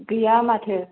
गैया माथो